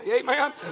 amen